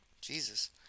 jesus